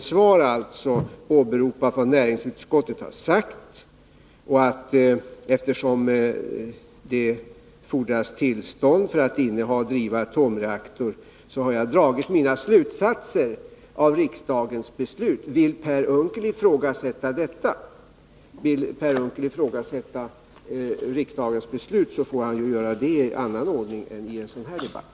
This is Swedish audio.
Jag har i mitt svar åberopat vad näringsutskottet har sagt, och eftersom det fordras tillstånd för att inneha och driva atomreaktor har jag dragit mina slutsatser av riksdagens beslut. Vill Per Unckel ifrågasätta riksdagens beslut, så får han göra det i annan ordning än i en interpellationsdebatt.